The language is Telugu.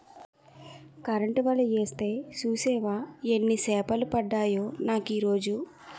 కరెంటు వల యేస్తే సూసేవా యెన్ని సేపలు పడ్డాయో నాకీరోజు?